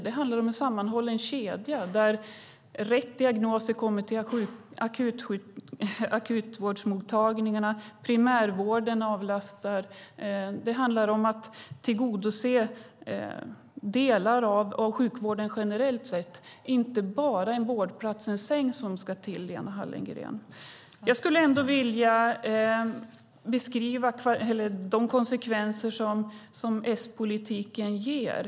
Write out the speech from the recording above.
Det handlar om en sammanhållen kedja där rätt diagnoser kommer till akutvårdsmottagningarna och där primärvården avlastar. Det handlar om att tillgodose delar av sjukvården generellt sett. Det är inte bara en vårdplats, en säng, som ska till, Lena Hallengren. Jag skulle ändå vilja beskriva de konsekvenser som S-politiken ger.